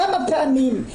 כמה פעמים,